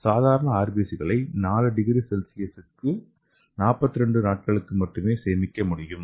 சாதாரண RBC களை 4 ° C க்கு 42 நாட்களுக்கு மட்டுமே சேமிக்க முடியும்